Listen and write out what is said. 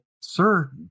sir